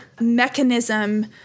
mechanism